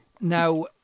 Now